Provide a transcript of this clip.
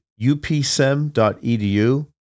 upsem.edu